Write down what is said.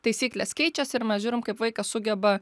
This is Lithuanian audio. taisyklės keičias ir mes žiūrim kaip vaikas sugeba